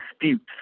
disputes